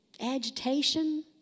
agitation